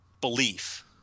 belief